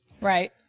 Right